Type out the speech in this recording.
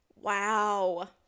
Wow